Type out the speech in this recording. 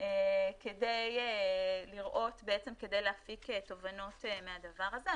כדי להפיק תובנות מהדבר הזה.